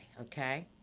Okay